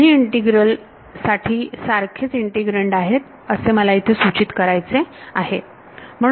दोन्ही इंटीग्रल साठी सारखेच इंटिग्रँड आहेत असे मला सूचित करायचे आहे